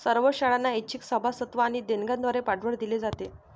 सर्व शाळांना ऐच्छिक सभासदत्व आणि देणग्यांद्वारे पाठबळ दिले जाते